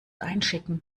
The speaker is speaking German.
einschicken